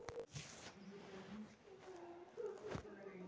मिरचा कर फसल ला कीटाणु से बचाय कर प्रबंधन कतना होथे ग?